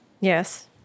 Yes